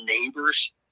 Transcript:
neighbors